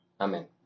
Amen